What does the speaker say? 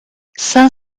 cinq